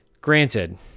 Granted